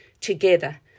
together